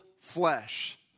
flesh